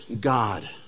God